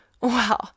Wow